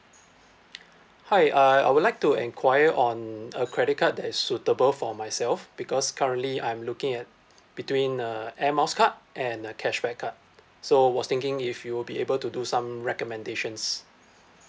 hi uh I would like to enquire on a credit card that is suitable for myself because currently I'm looking at between uh air miles card and a cashback card so was thinking if you will be able to do some recommendations